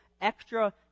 extra